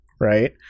right